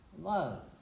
love